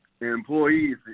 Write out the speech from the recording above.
employees